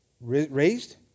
raised